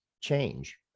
change